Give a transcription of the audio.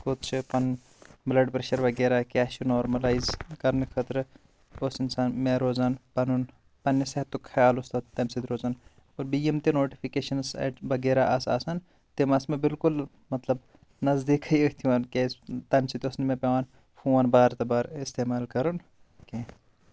کوت چُھ پنن بٕلڑ پریشر وغیرہ نارملیز کرنہٕ خٲطرٕ اوس انسان مےٚ روزان پنُن پننہِ صحتُک خیال اوس تمہِ سۭتۍ روزان اور بیٚیہِ یِم تہِ نوٹفِکشنز وغیرہ آسہِ آسان تِم اسہِ مےٚ بِلکُل مطلب نزدیٖکھِے اتھۍ یِوان کیازِ تمہِ سۭتۍ اوس نہٕ مےٚ پیٚوان فون بار تہٕ بار استعمال کرُن کینٛہہ